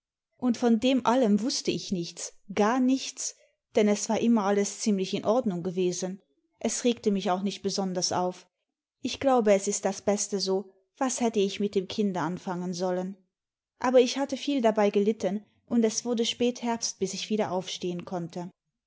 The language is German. und von dem allen wußte ich nichts gar nichts denn es war immer alles ziemlich in ordnung gewesen es regte mich auch nicht besonders auf ich glaube es ist das beste so was hätte ich mit dem kinde anfangen sollen aber ich hatte viel dabei gelitten und es wurde spätherbst bis ich wieder aufstehen konnte